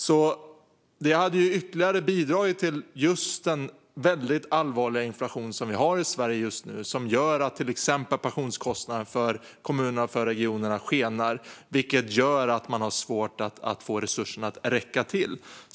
Detta skulle ytterligare bidra till den väldigt allvarliga inflation vi har i Sverige just nu, som gör att till exempel pensionskostnaderna för kommunerna och regionerna skenar så att de har svårt att få resurserna att räcka till.